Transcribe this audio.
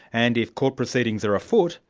and if court proceedings are afoot,